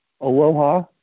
Aloha